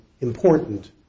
important